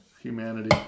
Humanity